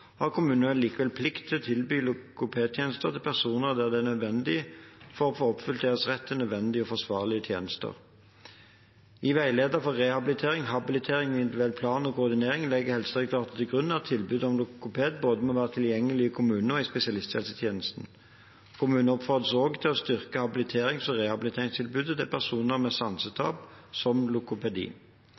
har kommunen likevel en plikt til å tilby logopedtjenester til personer der det er nødvendig for å oppfylle deres rett til nødvendige og forsvarlige tjenester. I veileder for rehabilitering, habilitering, individuell plan og koordinator legger Helsedirektoratet til grunn at tilbud om logoped må være tilgjengelig både i kommunene og i spesialisthelsetjenesten. Kommunene oppfordres også til å styrke habiliterings- og rehabiliteringstilbudet til personer med sansetap, som